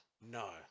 No